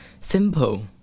simple